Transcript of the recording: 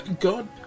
God